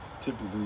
typically